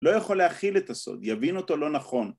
לא יכול להכיל את הסוד, יבין אותו לא נכון